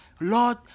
Lord